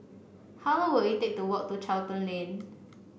how long will it take to walk to Charlton Lane